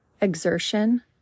exertion